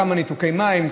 כמה ניתוקי מים,